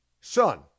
Son